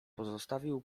pozostawił